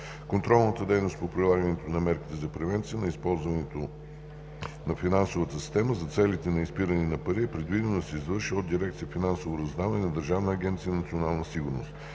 Контролната дейност по прилагането на мерките за превенция на използването на финансовата система за целите на изпирането на пари е предвидено да се извършва от дирекция „Финансово разузнаване“ на Държавна агенция „Национална сигурност“.